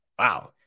Wow